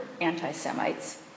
anti-Semites